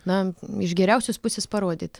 na iš geriausios pusės parodyt